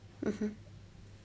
mmhmm